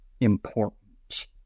important